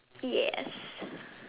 yes